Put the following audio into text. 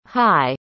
Hi